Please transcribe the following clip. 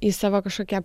į savo kažkokią